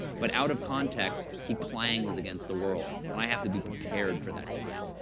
but out of context, he clangs against the world. and i have to be prepared for that clang.